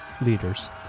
leaders